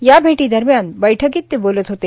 या भेटी दरम्यान बैठकीत ते बोलत होते